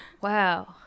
wow